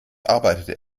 arbeitete